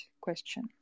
question